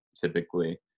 typically